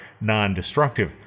non-destructive